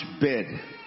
bed